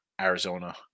Arizona